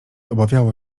obawiało